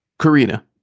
karina